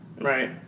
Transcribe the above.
Right